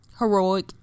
heroic